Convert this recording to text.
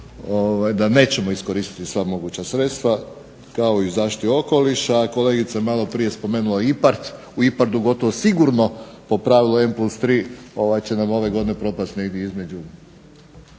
da nećemo moći iskoristiti sva moguća sredstva kao i u Zaštiti okoliša, a kolegica je malo prije spomenula IPARD, u IPARD-u gotovo sigurno po pravilu 1+3 će nam ove godine propasti sigurno između